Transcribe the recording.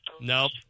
Nope